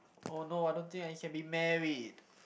oh no I don't think I can be married